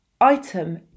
item